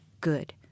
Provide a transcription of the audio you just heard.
good